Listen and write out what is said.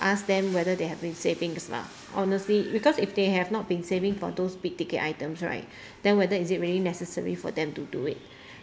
ask them whether they have been savings lah honestly because if they have not been saving for those big ticket items right then whether is it really necessary for them to do it